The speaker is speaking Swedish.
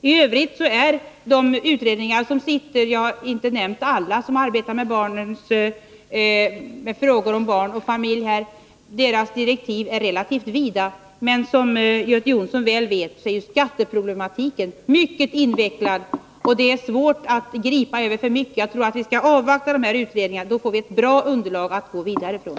I övrigt är de pågående utredningarnas direktiv — jag har inte nämnt alla som arbetar med frågor om barn och familj — relativt vida. Men som Göte Jonsson väl vet är skatteproblematiken mycket invecklad, och det är svårt att gripa över för mycket. Jag tror att vi skall avvakta dessa utredningar — då får vi ett bra underlag att gå vidare från.